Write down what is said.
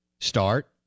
start